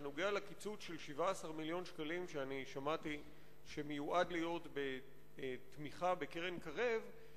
שנוגע לקיצוץ של 17 מיליון שקלים ששמעתי שמיועד להיות בתמיכה בקרן-קרב,